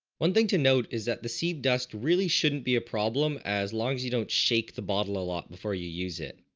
one thing to note is that the sieves dust really shouldn't be a problem as long as you don't shake the bottle a lot before you use it.